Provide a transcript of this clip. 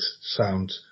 sound